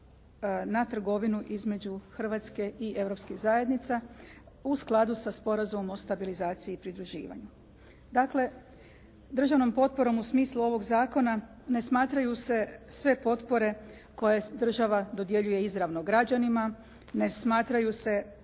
na trgovinu između Hrvatske i europskih zajednica u skladu sa sporazumom o stabilizaciji i pridruživanju. Dakle, državnom potporom u smislu ovoga zakona ne smatraju se sve potpore koje država dodjeljuje izravno građanima, ne smatraju se